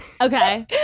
okay